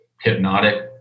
hypnotic